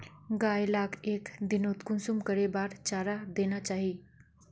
गाय लाक एक दिनोत कुंसम करे बार चारा देना चही?